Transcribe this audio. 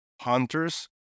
hunters